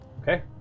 Okay